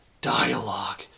dialogue